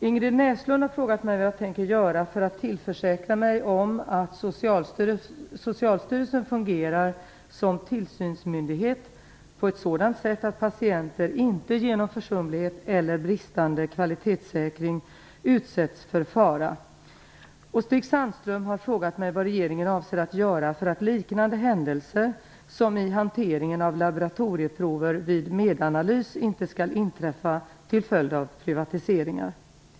Ingrid Näslund har frågat mig vad jag tänker göra för att försäkra mig om att Socialstyrelsen fungerar som tillsynsmyndighet på ett sådant sätt att patienter inte genom försumlighet eller bristande kvalitetssäkring utsätts för fara. Stig Sandström har frågat mig vad regeringen avser att göra för att liknande händelser, som i hanteringen av laboratorieprover vid Medanalys, inte skall inträffa till följd av privatiseringar.